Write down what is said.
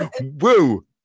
Woo